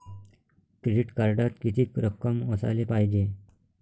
Credit कार्डात कितीक रक्कम असाले पायजे?